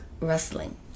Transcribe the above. wrestling